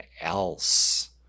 else